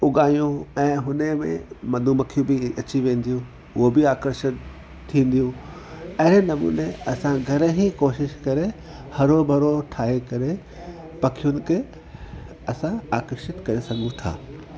उगायूं ऐं हुन में मधुमक्खी बि अची वेंदियूं उहे बि आकर्षित थींदियूं अहिड़े नमूने असां घणे ई कोशिश करे हरो भरो ठाहे करे पखियुनि खे असां आकर्षित करे सघूं था